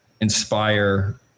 inspire